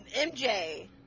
MJ